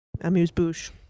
amuse-bouche